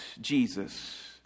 Jesus